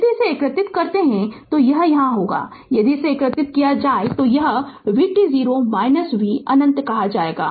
यदि इसे एकीकृत करते हैं तो यह होगा यदि इसे एकीकृत किया जाए तो यह vt0 v अनंत कहा जायेगा